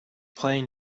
playing